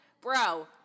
Bro